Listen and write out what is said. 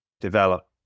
develop